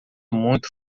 muito